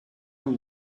and